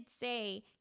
say